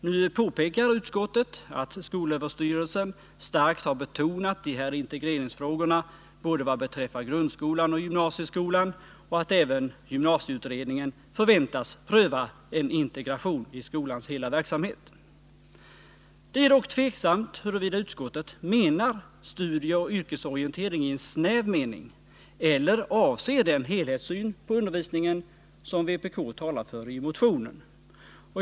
Nu påpekar utskottet att skolöverstyrelsen starkt har betonat de här integreringsfrågorna vad beträffar både grundskolan och gymnasieskolan och att även gymnasieutredningen förväntas pröva en integration i skolans hela verksamhet. Det är dock oklart om utskottet menar studieoch yrkesorientering i snäv mening eller avser den helhetssyn på undervisningen som vpk talar för i motionen.